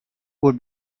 would